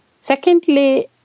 Secondly